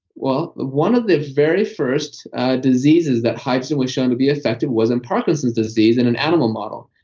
well one of the very first diseases that hydrogen was shown to be effective was in parkinson's disease in an animal model.